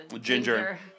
ginger